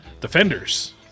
Defenders